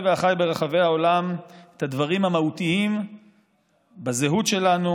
ואחיי ברחבי העולם את הדברים המהותיים בזהות שלנו,